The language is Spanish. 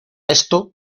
esto